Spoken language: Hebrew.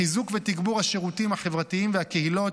חיזוק ותגבור השירותים החברתיים והקהילות,